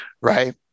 right